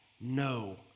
no